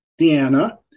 Deanna